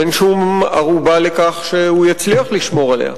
אין שום ערובה לכך שיצליח לשמור עליה,